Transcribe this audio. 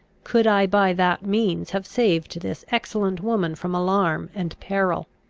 could i by that means have saved this excellent woman from alarm and peril